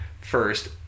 first